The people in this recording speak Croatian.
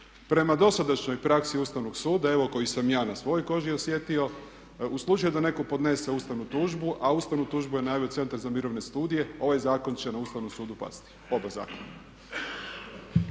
Prema dosadašnjoj praksi Ustavnog suda, koji sam ja i na svojoj koži osjetio, u slučaju da netko podnese ustavnu tužbu a ustavnu tužbu je najavio Centar za mirovne studije ovaj zakon će na Ustavnom sudu pasti, oba zakona.